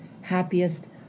happiest